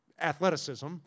athleticism